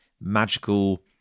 magical